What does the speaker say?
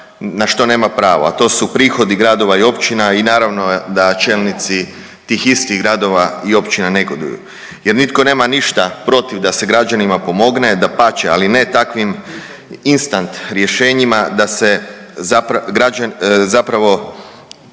na što nema pravo, a to su prihodi gradova i općina i naravno da čelnici tih istih gradova i općina negoduju jer nitko nema ništa protiv da se građanima pomogne, dapače, ali ne takvim instant rješenjima da se